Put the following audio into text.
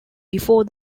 before